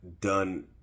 done